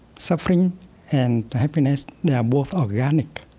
suffering and happiness, they are both organic,